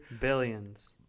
Billions